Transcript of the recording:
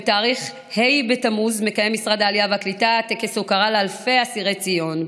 בתאריך ה' בתמוז מקיים משרד העלייה והקליטה טקס הוקרה לאלפי אסירי ציון,